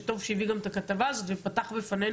שטוב שהביא גם את הכתבה הזאת ופתח בפנינו